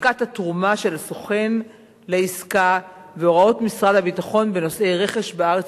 ובדיקת התרומה של הסוכן לעסקה והוראות משרד הביטחון בנושאי רכש בארץ